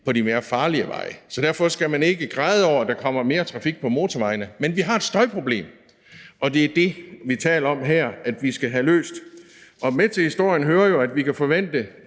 på de mere farlige veje. Derfor skal man ikke græde over, at der kommer mere trafik på motorvejene. Men vi har et støjproblem, og det er det, vi taler om her vi skal have løst. Med til historien hører jo, at vi kan forvente